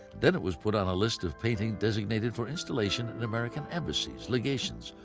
then it was put on a list of paintings designated for installation in american embassies, legations,